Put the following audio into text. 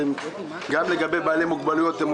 התלונה שלי היא על כך שהמשרדים לא צופים את